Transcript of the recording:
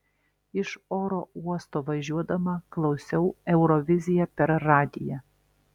iš oro uosto važiuodama klausiau euroviziją per radiją